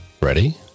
Ready